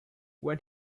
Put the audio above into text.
when